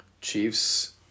Chiefs